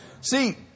See